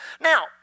Now